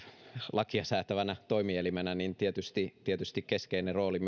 lakia säätävänä toimielimenä tietysti tietysti keskeinen rooli